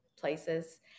places